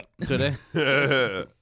today